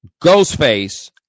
Ghostface